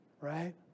right